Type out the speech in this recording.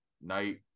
night